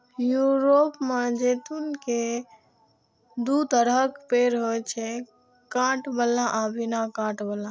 Europe मे जैतून के दू तरहक पेड़ होइ छै, कांट बला आ बिना कांट बला